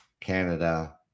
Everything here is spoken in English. Canada